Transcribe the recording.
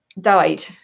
died